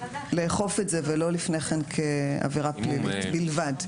לאכוף את זה ולא לפני כן כעבירה פלילית בלבד.